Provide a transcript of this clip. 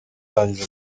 rwarangije